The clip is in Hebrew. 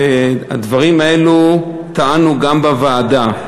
ואת הדברים האלה טענו גם בוועדה,